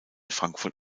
frankfurt